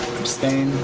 abstain?